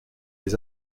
les